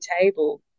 table